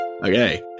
Okay